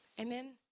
Amen